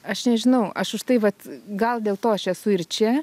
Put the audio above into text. aš nežinau aš už tai vat gal dėl to aš esu ir čia